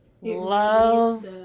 love